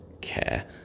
care